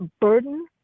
burden